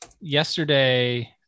yesterday